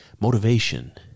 motivation